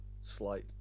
slight